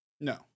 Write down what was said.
No